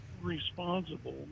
Responsible